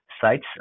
sites